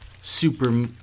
super